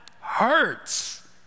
hurts